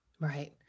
Right